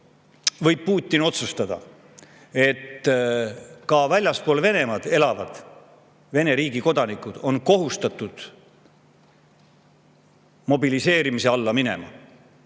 võib Putin otsustada, et ka väljaspool Venemaad elavad Vene riigi kodanikud on kohustatud mobiliseerimise alla minema,